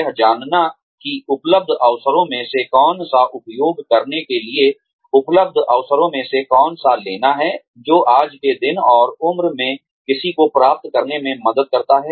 यह जानना कि उपलब्ध अवसरों में से कौन सा उपयोग करने के लिए उपलब्ध अवसरों में से कौन सा लेना है जो आज के दिन और उम्र में किसी को प्राप्त करने में मदद करता है